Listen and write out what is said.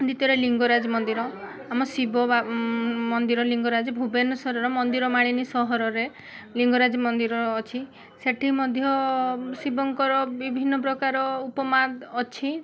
ଦ୍ୱିତୀୟରେ ଲିଙ୍ଗରାଜ ମନ୍ଦିର ଆମ ଶିବ ବା ମନ୍ଦିର ଲିଙ୍ଗରାଜ ଭୁବନେଶ୍ୱର ମନ୍ଦିରମାଳିନୀ ସହରରେ ଲିଙ୍ଗରାଜ ମନ୍ଦିର ଅଛି ସେଠି ମଧ୍ୟ ଶିବଙ୍କର ବିଭିନ୍ନ ପ୍ରକାର ଉପମାଦ ଅଛି